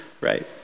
right